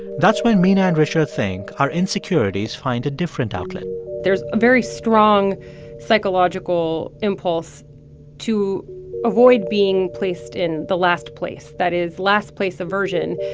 that's why mina and richard think our insecurities find a different outlet there's a very strong psychological impulse to avoid being placed in the last place. that is last place aversion,